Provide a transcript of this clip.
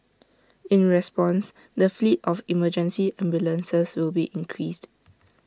in response the fleet of emergency ambulances will be increased